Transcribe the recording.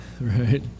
right